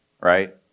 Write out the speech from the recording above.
right